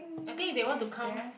I think if they want to come